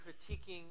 critiquing